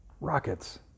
rockets